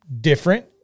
different